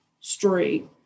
street